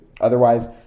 Otherwise